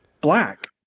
black